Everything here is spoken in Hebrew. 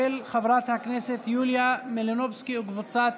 של חברת הכנסת יוליה מלינובסקי וקבוצת